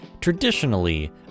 traditionally